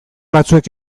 batzuek